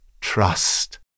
trust